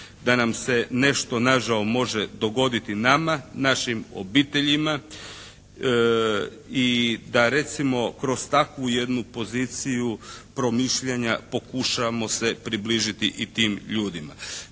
da nam se nešto nažao može dogoditi nama, našim obiteljima i da recimo kroz takvu jednu poziciju promišljanja pokušamo se približiti i tim ljudima.